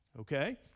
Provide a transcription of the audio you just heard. okay